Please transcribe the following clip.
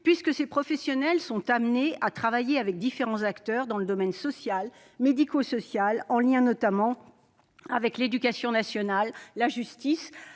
puisque les professionnels de ce secteur sont amenés à travailler avec différents acteurs, dans le domaine social, médico-social, en lien, notamment, avec l'éducation nationale, la justice,